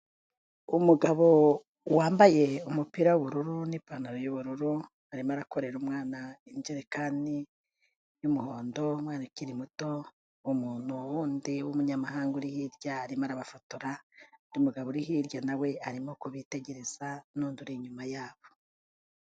Umugabo wambaye umupira w'ubururu n'ipantaro y'ubururu arimo akorera umwana injerekani y'umuhondo umwana ukiri muto, umuntu w'undi w'umunyamahanga uri hirya arimo arabafotora, undi mugabo uri hirya nawe arimo kubitegereza n'undu uri inyuma yabo.